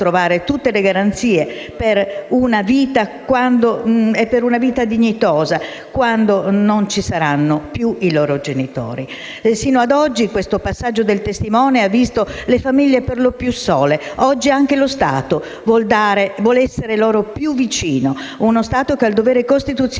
Sino ad oggi questo passaggio del testimone ha visto le famiglie perlopiù sole. Oggi anche lo Stato vuole essere loro più vicino: uno Stato che ha il dovere costituzionale